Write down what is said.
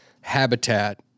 habitat